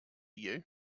you